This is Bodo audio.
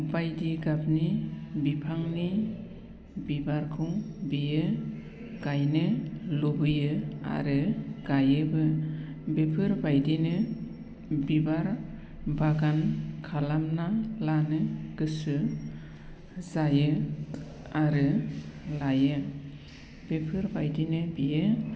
बायदि गाबनि बिफांनि बिबारखौ बियो गायनो लुबैयो आरो गायोबो बेफोरबायदिनो बिबार बागान खालामना लानो गोसो जायो आरो लायो बेफोरबायदिनो बियो